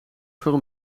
veel